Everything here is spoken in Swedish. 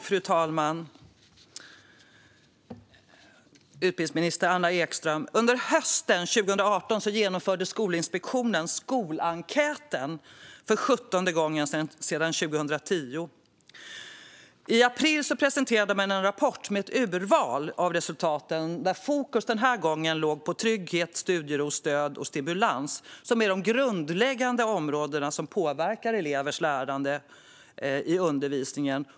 Fru talman! Utbildningsminister Anna Ekström! Under hösten 2018 genomförde Skolinspektionen för 17:e gången sedan 2010 Skolenkäten. I april presenterade man en rapport med ett urval av resultatet. Den här gången låg fokus på trygghet, studiero, stöd och stimulans. Det är grundläggande områden som påverkar elevers lärande och undervisningen.